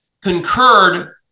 concurred